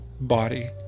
body